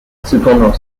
cependant